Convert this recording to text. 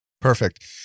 Perfect